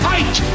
Fight